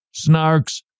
snarks